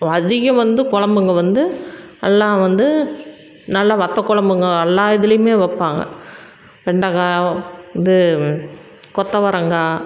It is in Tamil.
அதிகம் வந்து கொழம்புங்க வந்து எல்லாம் வந்து நல்லா வத்தக் கொழம்புங்க எல்லா இதுலேயுமே வைப்பாங்க வெண்டைக்கா இது கொத்தவரங்காய்